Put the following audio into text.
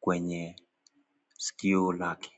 kwenye sikio lake.